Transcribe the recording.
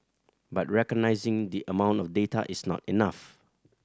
but recognising the amount of data is not enough